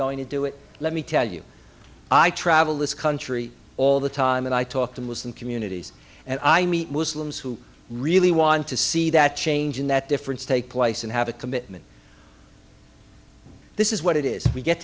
going to do it let me tell you i travel this country all the time and i talk to muslim communities and i meet muslims who really want to see that change and that difference take place and have a commitment this is what it is we get